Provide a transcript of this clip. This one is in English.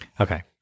Okay